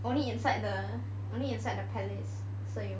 only inside the only inside the palace